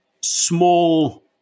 small